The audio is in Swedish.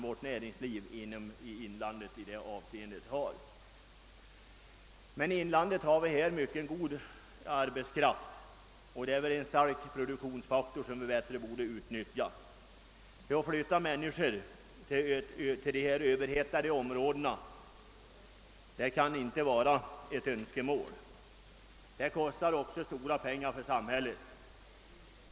Vi har emellertid i inlandet god tillgång till arbetskraft, och det är en stark produktionsfaktor som bättre borde utnyttjas. Att flytta över människor till de överhettade storstadsområdena kan inte vara ett önskemål. Det kostar också stora pengar för samhället.